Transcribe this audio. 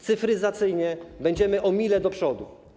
Cyfryzacyjnie będziemy o milę do przodu.